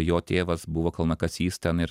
jo tėvas buvo kalnakasys ten ir